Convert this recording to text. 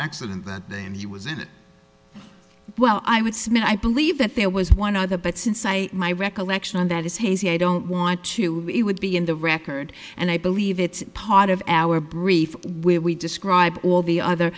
accident that day and he was in it well i would submit i believe that there was one other but since i my recollection of that is hazy i don't want to it would be in the record and i believe it's part of our brief when we describe all the other